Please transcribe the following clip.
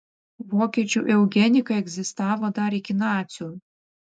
vokiečių eugenika egzistavo dar iki nacių